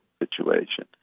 situation